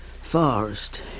forest